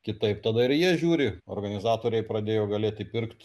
kitaip tada ir jie žiūri organizatoriai pradėjo galėt įpirkt